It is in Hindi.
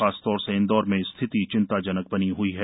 खास तौर से इंदौर में स्थिति चिंताजनक बनी हुई है